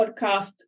podcast